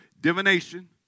divination